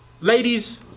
ladies